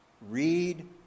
Read